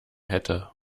hätte